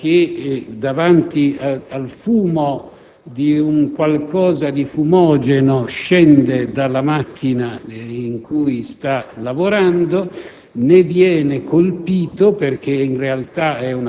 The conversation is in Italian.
del quale inizialmente apprendiamo che, davanti al fumo di qualcosa di fumogeno, scende dalla macchina su cui sta lavorando,